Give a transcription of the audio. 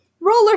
roller